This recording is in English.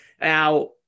Now